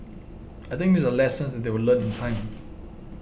I think these are lessons that they will learn in time